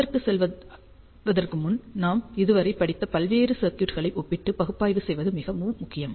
அதற்குச் செல்வதற்கு முன் நாம் இதுவரை படித்த பல்வேறு சர்க்யூட்களை ஒப்பிட்டு பகுப்பாய்வு செய்வது மிகவும் முக்கியம்